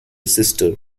sister